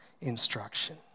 instruction